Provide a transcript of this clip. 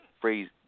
phrase